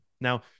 now